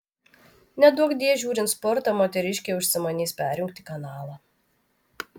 neduokdie žiūrint sportą moteriškė užsimanys perjungti kanalą